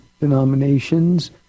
denominations